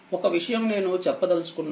ఒక విషయంనేనుచెప్పదలుచుకున్నాను